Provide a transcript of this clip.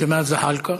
ג'מאל זחאלקה,